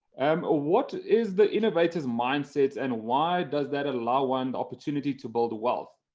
um ah what is the innovator's mindset and why does that allow one opportunity to build wealth?